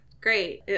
great